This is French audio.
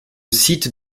site